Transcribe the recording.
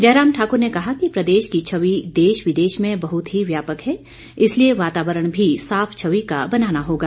जयराम ठाकुर ने कहा कि प्रदेश की छवि देश विदेश में बहुत ही व्यापक है इसलिए वातावरण भी साफ छबि का बनाना होगा